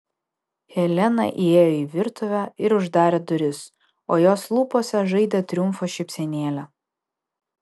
helena įėjo į virtuvę ir uždarė duris o jos lūpose žaidė triumfo šypsenėlė